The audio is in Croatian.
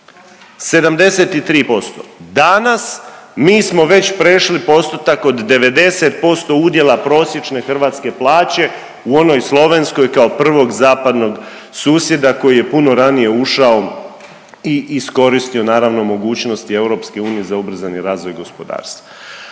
73%, danas mi smo već prešli postotak od 90% udjela prosječne hrvatske plaće u onoj Slovenskoj kao prvog zapadnog susjeda koji je puno ranije ušao i iskoristio naravno mogućnosti EU za ubrzani razvoj gospodarstva.